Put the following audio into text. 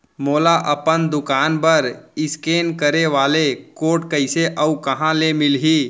मोला अपन दुकान बर इसकेन करे वाले कोड कइसे अऊ कहाँ ले मिलही?